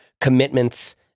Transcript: commitments